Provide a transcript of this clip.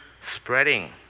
spreading